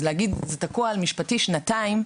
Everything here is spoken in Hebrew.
להגיד שזה תקוע על עניין משפטי שנתיים,